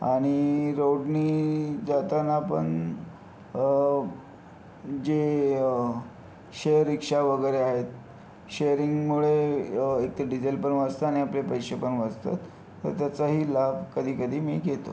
आणि रोडने जाताना पण जे जे शेअर रिक्षा वगैरे आहेत शेअरिंगमुळे एकतर डिझेल पण वाचतं आणि आपले पैसे पण वाचतात तर त्याचाही लाभ कधीकधी मी घेतो